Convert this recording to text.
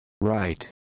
Right